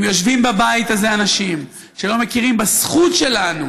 אם יושבים בבית הזה אנשים שלא מכירים בזכות שלנו